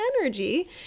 energy